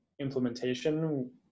implementation